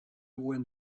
went